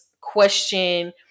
question